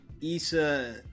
Issa